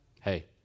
hey